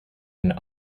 and